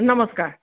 নমস্কাৰ